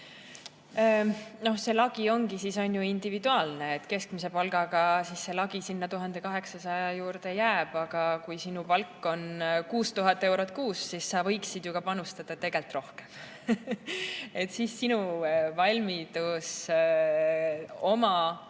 See lagi ongi siis ju individuaalne. Keskmise palga puhul see lagi sinna 1800 juurde jääb. Aga kui sinu palk on 6000 eurot kuus, siis sa võiksid ju ka panustada tegelikult rohkem. Siis sinu valmidus oma